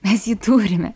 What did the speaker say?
mes jį turime